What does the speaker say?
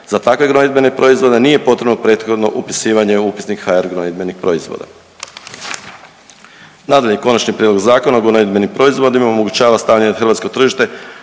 Za takve gnojidbene proizvode nije potrebno prethodno upisivanje u Upisnik HR gnojidbenih proizvoda. Nadalje, Konačni prijedlog Zakona o gnojidbenim proizvodima omogućava stavljanje na hrvatsko tržište